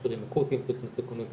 משברים אקוטיים פלוס מסוכנות,